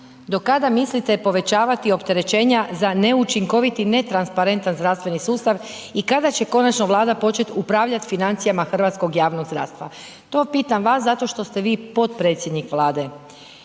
do kada mislite povećavati opterećenja za neučinkovit i netransparentan zdravstveni sustav i kada će konačno Vlada počet upravljat financijama hrvatskog javnog zdravstva, to pitam vas zato što ste vi potpredsjednik Vlade